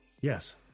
Yes